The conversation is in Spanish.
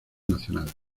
nacional